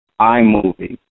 iMovie